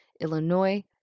Illinois